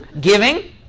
Giving